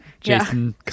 Jason